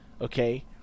Okay